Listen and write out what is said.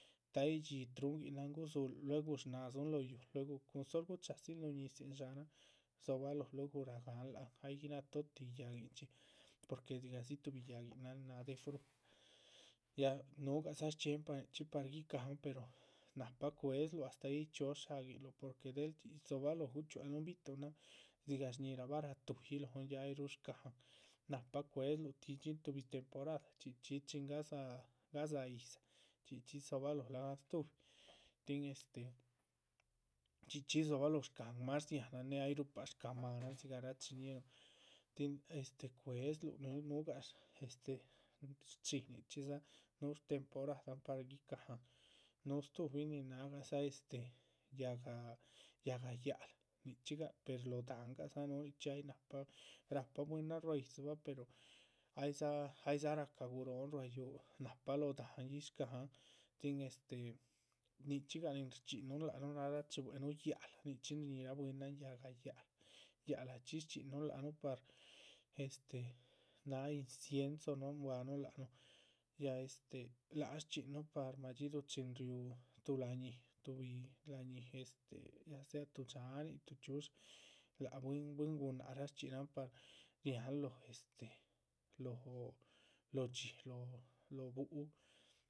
Ta´yihdxi truhunguinahan gudzúhul lueguh shnáhaadzun lóho yúuh, luegu cun sol guchadziluh lóho ñízihn dsháhanan, rdzóhobaloh luegu ragáahan ay gui. batóhotih yaguinchxi porque dzigahdzi tuhbi yáhguinan, náh déh déh fruta, ya nuhugadza shchxíempachxi par guihicahan per nahpa que cue´dzluh astáh yíc. chxího sháguihnluh, porque del yíc dzobalóho guchxualuhun bi´tuhnan dzigah sñhíhirabah ratuyi lóhon ay rúhu shcáhan, nahpa cuezluh tid´xin tuhbi temporada. chxí chxí yih chin gadzáha gadzáha yíhdza, richxí dzobalóho lahga stúhubi tin este chxí chxí yih rdzohobaloho shcáhan más dziáhannée ay ruhu pa shcáha máanan,. dzigah rachiñíhinuh, tin este cuéhezluh núhu núhugah este shchxí nichxídza núhu shtemporadan par guica han. núhu stúhubin nin náagahgahdza náha este, yáhga yáhga yáac´lah. nichxí gaha per lóho dáhangadza núhu nichxí tin ay náhpa rahpa bwínan ruá yídzibah pero aydza, aydza rahca guróhon ruá yúuh nahpa lóho dahán yíc shcáhan. tin este nichxígah nin shchxíhin nichxígah nin shchxihinluh lác núh náh rachibuenuh y+ahga, shñíhira bwínan yáac´lah, yáac´lah shchxínáha bwínan par este. náha incienso núuhhun buanu lac nuh láha este, láhan shchxíhinuh par madxíduhu chin riúhu, tuh la´ñih tuhbi la´ñih, ya sea tuh dxáhanin tuh chxíudsha lác bwín. bwíhin gunáhc raa, par riáhan lóchxí lóho lóho dxí lóho búhu